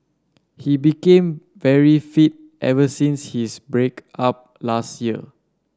he became very fit ever since his break up last year